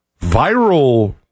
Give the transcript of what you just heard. viral